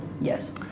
Yes